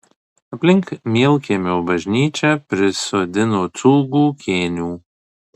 aplink mielkiemio bažnyčią prisodino cūgų kėnių